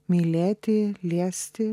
mylėti liesti